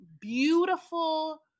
beautiful